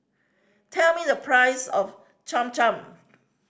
tell me the price of Cham Cham